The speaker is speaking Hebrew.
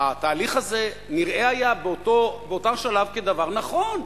התהליך הזה נראה באותו שלב כדבר נכון,